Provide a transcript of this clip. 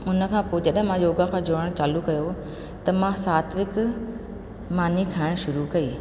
हुन खां पोइ जॾहिं मां योगा खां जुड़णु चालू कयो त मां सात्विक मानी खाइणु शुरू कई